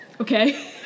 Okay